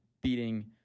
beating